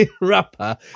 rapper